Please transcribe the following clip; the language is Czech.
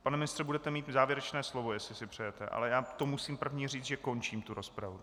Pane ministře, budete mít závěrečné slovo, jestli si přejete, ale já musím prvně říct, že končím rozpravu.